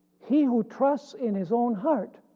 he who trusts in his own heart